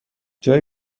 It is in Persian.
جایی